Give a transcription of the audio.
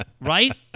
right